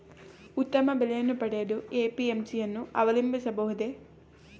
ಉತ್ತಮ ಬೆಲೆಯನ್ನು ಪಡೆಯಲು ಎ.ಪಿ.ಎಂ.ಸಿ ಯನ್ನು ಅವಲಂಬಿಸಬಹುದೇ?